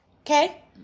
Okay